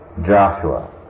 Joshua